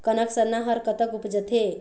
कनक सरना हर कतक उपजथे?